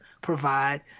provide